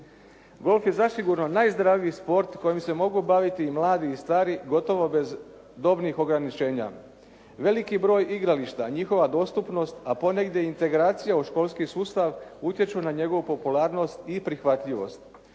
Golf je zasigurno najzdraviji sport kojim se mogu baviti i mladi i stari gotovo bez dobnih ograničenja. Veliki broj igrališta, njihova dostupnost a ponegdje integracija u školski sustav utječu na njegovu popularnost i prihvatljivost.